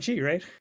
right